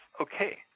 Okay